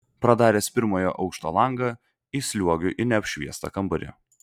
pradaręs pirmojo aukšto langą įsliuogiu į neapšviestą kambarį